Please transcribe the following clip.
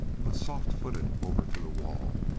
but softfoot it over to the wall.